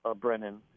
Brennan